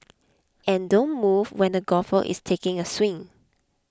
and don't move when the golfer is taking a swing